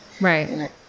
Right